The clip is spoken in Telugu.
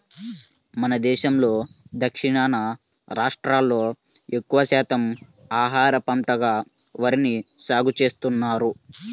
మన దేశంలో దక్షిణాది రాష్ట్రాల్లో ఎక్కువ శాతం ఆహార పంటగా వరిని సాగుచేస్తున్నారు